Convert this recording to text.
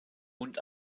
und